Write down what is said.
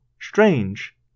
strange